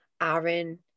Aaron